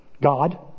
God